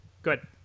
Good